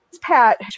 Pat